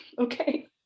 okay